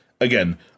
again